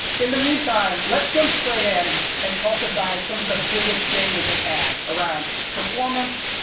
in the meantime, let's jump straight in and talk about some of the biggest changes in n around performance,